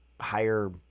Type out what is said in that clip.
higher